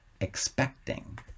expecting